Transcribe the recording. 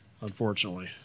unfortunately